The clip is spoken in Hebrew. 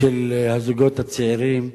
של הזוגות הצעירים,